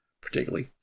particularly